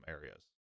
areas